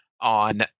on